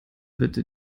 bitte